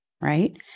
right